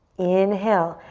inhale.